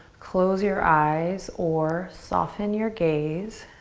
close your eyes or soften your gaze